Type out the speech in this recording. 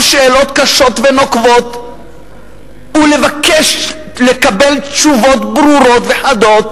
שאלות קשות ונוקבות ולבקש לקבל תשובות ברורות וחדות.